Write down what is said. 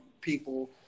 people